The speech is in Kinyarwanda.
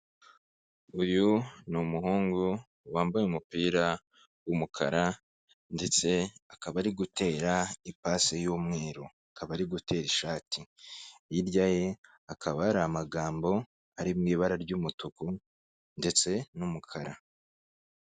Uyu ni umuhungu wambaye umupira w'umukara ndetse akaba ari gutera ipasi y'umweru akaba ari gutera ishati, hirya ye hakaba hari amagambo ari mu ibara ry'umutuku ndetse n'umukara.